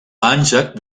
ancak